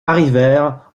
arrivèrent